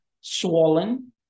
swollen